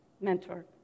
mentor